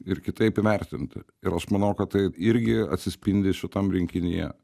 ir kitaip įvertinti ir aš manau kad tai irgi atsispindi šitam rinkinyje